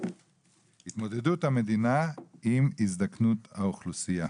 התמודדות המדינה עם הזדקנות האוכלוסייה.